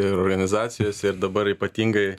ir organizacijose ir dabar ypatingai